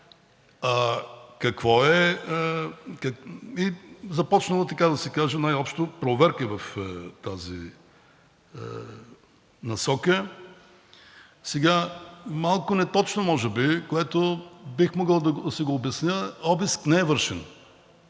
са били, и е започнала, така да се каже най-общо, проверка в тази насока. Малко неточно е може би, което бих могъл да си обясня, обиск не е вършен.